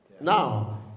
Now